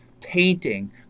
painting